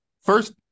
First